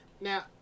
Now